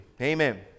Amen